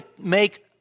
make